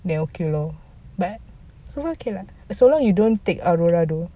then okay lor but so long okay lah so long you don't take aurora tho